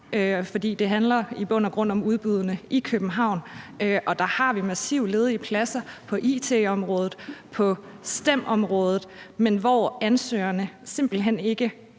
for det handler i bund og grund om udbuddene i København – hvor der er massivt med ledige pladser på it-området og STEM-området, men at ansøgerne simpelt hen ikke